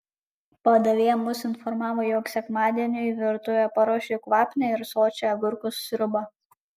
padavėja mus informavo jog sekmadieniui virtuvė paruošė kvapnią ir sočią agurkų sriubą